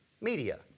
media